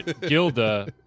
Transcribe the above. Gilda